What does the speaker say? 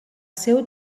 seu